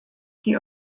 die